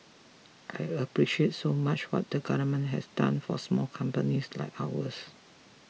I appreciate so much what the government has done for small companies like ours